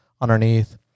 underneath